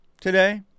today